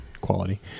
quality